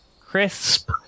crisp